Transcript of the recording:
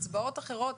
קצבאות אחרות,